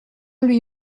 lui